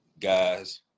guys